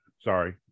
Sorry